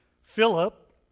Philip